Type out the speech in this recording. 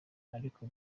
ariko